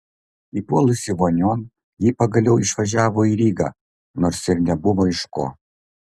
įpuolusi vonion ji pagaliau išvažiavo į rygą nors ir nebuvo iš ko